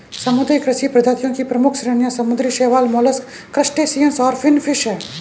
समुद्री कृषि प्रजातियों की प्रमुख श्रेणियां समुद्री शैवाल, मोलस्क, क्रस्टेशियंस और फिनफिश हैं